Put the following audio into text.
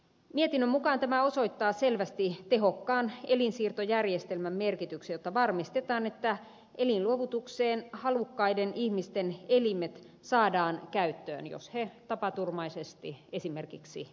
mietinnön mukaan tämä osoittaa selvästi tehokkaan elinsiirtojärjestelmän merkityksen jotta varmistetaan että elinluovutukseen halukkaiden ihmisten elimet saadaan käyttöön jos he tapaturmaisesti esimerkiksi kuolevat